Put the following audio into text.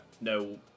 no